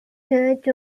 church